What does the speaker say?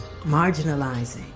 marginalizing